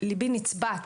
ליבי נצבט.